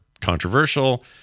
controversial